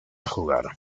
jugar